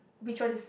which one is